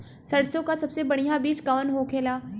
सरसों का सबसे बढ़ियां बीज कवन होखेला?